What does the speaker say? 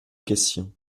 question